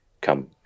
come